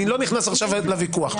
אני לא נכנס עכשיו לוויכוח,